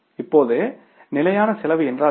இப்போது நிலையான செலவு என்றால் என்ன